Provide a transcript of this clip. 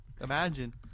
Imagine